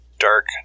Dark